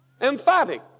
emphatic